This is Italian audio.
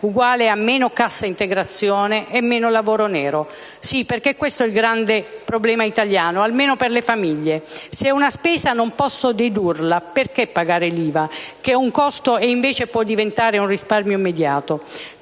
uguale a meno cassa integrazione e meno lavoro nero. Sì, perché questo è il grande problema italiano, almeno per le famiglie: se una spesa non posso dedurla, perché pagare l'IVA, che è un costo e invece può diventare un risparmio immediato?